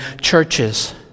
churches